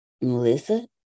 Melissa